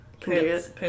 pants